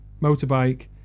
motorbike